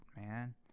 man